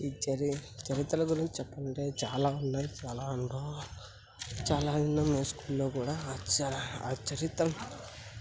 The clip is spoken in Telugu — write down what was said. ఈ చరి చరిత్రల గురించి చెప్పమంటే చాలా ఉన్నాయి చాలా అనుభవ చాలా విన్నాము మేము స్కూల్లో కూడా ఆ చ ఆ చరిత్ర